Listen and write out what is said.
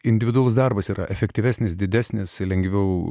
individualus darbas yra efektyvesnis didesnis lengviau